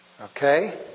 Okay